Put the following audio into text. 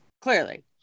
clearly